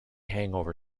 hangover